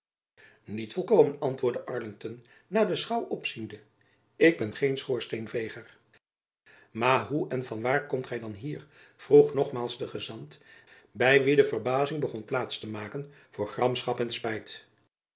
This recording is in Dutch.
niet volkomen antwoordde arlington naar de schouw opziende ik ben geen schoorsteenveger maar hoe en van waar komt gy dan hier vroeg nogmaals de gezant by wien de verbazing begon plaats te maken voor gramschap en spijt